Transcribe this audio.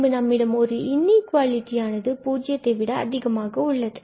பின்பு நம்மிடம் ஒரு இன்இக்குவாலிடியானது பூஜ்ஜியத்தை விட அதிகமாக உள்ளது